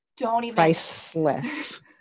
priceless